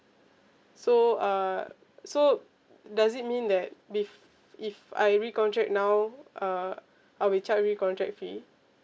so uh so does it mean that if if I re-contract now uh I will be charged re-contract fee